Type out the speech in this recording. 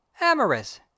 amorous